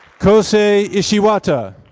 kosei ishiwata.